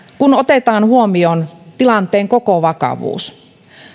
kun otetaan huomioon tilanteen koko vakavuus